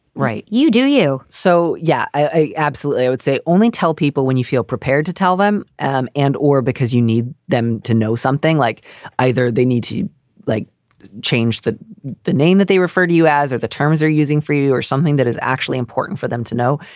right. you do. you so, yeah, i absolutely would say only tell people when you feel prepared to tell them um and or because you need them to know something like either they need to like change that the name that they refer to you as or the terms are using for you or something that is actually important for them to know.